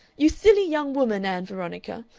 you silly young woman, ann veronica!